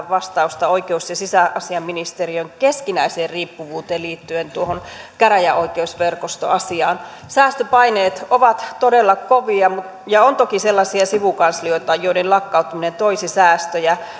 vastausta oikeus ja sisäasiainministeriön keskinäiseen riippuvuuteen liittyen tuohon käräjäoikeusverkostoasiaan säästöpaineet ovat todella kovia ja on toki sellaisia sivukanslioita joiden lakkauttaminen toisi säästöjä